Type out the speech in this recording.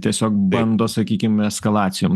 tiesiog bando sakykim eskalacijom